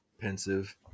Pensive